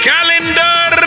Calendar